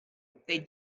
they